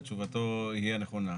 ותשובתו היא הנכונה.